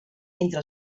entre